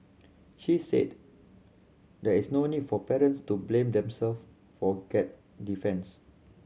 she said there is no need for parents to blame themself for get defence